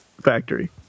factory